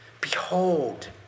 behold